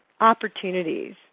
opportunities